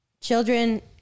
Children